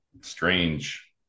strange